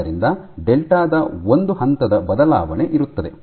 ಆದ್ದರಿಂದ ಡೆಲ್ಟಾ ದ ಒಂದು ಹಂತದ ಬದಲಾವಣೆ ಇರುತ್ತದೆ